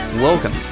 Welcome